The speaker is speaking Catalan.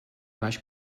baix